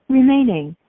remaining